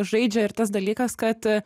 žaidžia ir tas dalykas kad